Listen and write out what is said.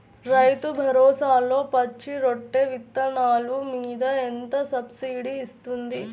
రైతు భరోసాలో పచ్చి రొట్టె విత్తనాలు మీద ఎంత సబ్సిడీ ఇస్తుంది?